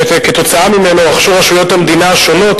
שכתוצאה ממנו רכשו רשויות המדינה השונות